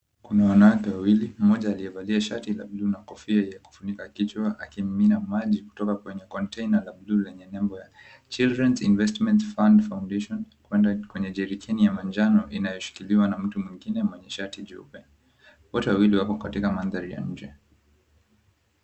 Kuna wanawake wawili mmoja aliyevalia shati la buluu na kofia ya kufunika kichwa akimimina maji kutoka kwenye container la buluu lenye nembo ya "Children's Investment Fund Foundation" kwenye jerikeni ya manjano inayoshikiliwa na mtu mwingine mwenye shati jeupe. Wote wawili wako kwenye maandhari ya nje.